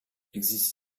existe